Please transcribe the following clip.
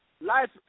life